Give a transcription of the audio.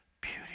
beauty